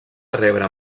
rebre